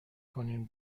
کنین